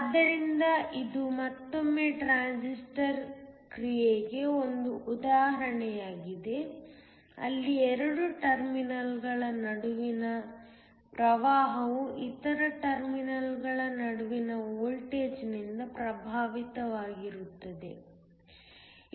ಆದ್ದರಿಂದ ಇದು ಮತ್ತೊಮ್ಮೆ ಟ್ರಾನ್ಸಿಸ್ಟರ್ ಕ್ರಿಯೆಗೆ ಒಂದು ಉದಾಹರಣೆಯಾಗಿದೆ ಅಲ್ಲಿ 2 ಟರ್ಮಿನಲ್ಗಳ ನಡುವಿನ ಪ್ರವಾಹವು ಇತರ ಟರ್ಮಿನಲ್ಗಳ ನಡುವಿನ ವೋಲ್ಟೇಜ್ನಿಂದ ಪ್ರಭಾವಿತವಾಗಿರುತ್ತದೆ